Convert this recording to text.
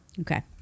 Okay